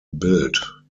built